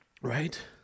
Right